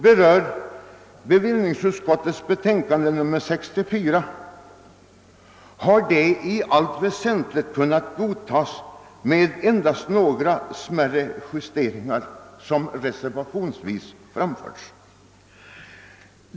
Bevillningsutskottets betänkande nr 64 har från vår sida i allt väsentligt kunnat godtas; endast några smärre justeringar har reservationsvis framförts.